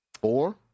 Four